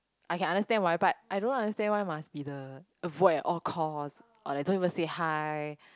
I can understand why but I don't understand why must be the avoid at all cost or like don't even say hi